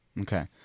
Okay